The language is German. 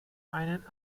einen